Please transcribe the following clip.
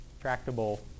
tractable